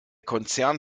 konzern